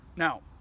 Now